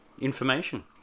information